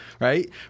right